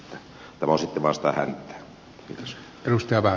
tämä on vain sitä häntää